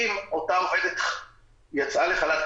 אם אותה עובדת יצאה לחל"ת,